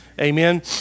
Amen